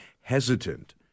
hesitant